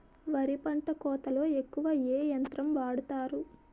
వరి పంట కోతలొ ఎక్కువ ఏ యంత్రం వాడతారు?